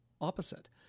opposite